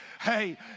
Hey